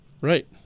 Right